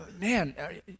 man